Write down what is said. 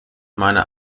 meine